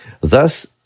thus